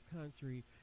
country